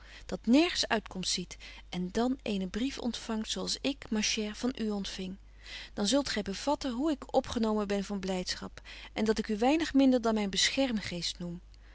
dat nergens uitkomst ziet en dan eenen brief ontfangt zo als ik ma chere van u ontfing dan zult gy bevatten hoe ik opgenomen ben van blydschap en dat ik u weinig minder dan myn beschermgeest noem